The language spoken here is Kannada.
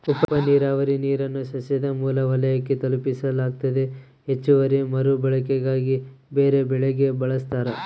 ಉಪನೀರಾವರಿ ನೀರನ್ನು ಸಸ್ಯದ ಮೂಲ ವಲಯಕ್ಕೆ ತಲುಪಿಸಲಾಗ್ತತೆ ಹೆಚ್ಚುವರಿ ಮರುಬಳಕೆಗಾಗಿ ಬೇರೆಬೆಳೆಗೆ ಬಳಸ್ತಾರ